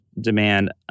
demand